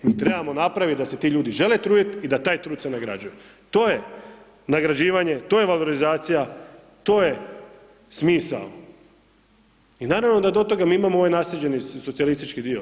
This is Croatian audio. E, mi trebamo napravit da se ti ljudi žele trudit i da taj trud se nagrađuje, to je nagrađivanje, to je valorizacija, to je smisao i naravno da do toga mi imamo ovaj naslijeđeni socijalistički dio.